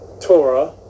Torah